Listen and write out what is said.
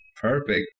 Perfect